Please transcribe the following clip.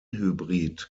hybrid